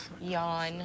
yawn